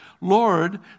Lord